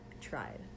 tried